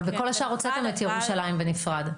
בכל השאר הוצאתם את ירושלים בנפרד.